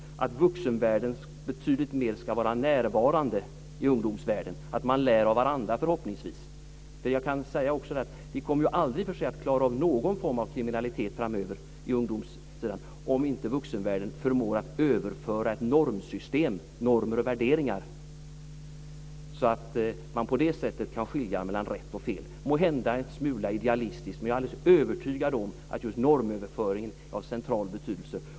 Det handlar också om att vuxenvärlden ska vara betydligt mer närvarande i ungdomsvärlden och om att man förhoppningsvis lär av varandra. Vi kommer aldrig att komma till rätta med någon form av kriminalitet framöver på ungdomssidan om inte vuxenvärlden förmår att överföra ett normsystem, normer och värderingar, så att man på det sättet kan skilja mellan rätt och fel. Det är måhända en smula idealistiskt, men jag är alldeles övertygad om att just normöverföringen är av central betydelse.